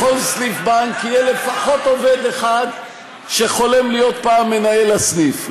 בכל סניף בנק יהיה לפחות עובד אחד שחולם להיות פעם מנהל הסניף.